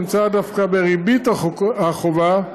נמצא דווקא בריבית החובה,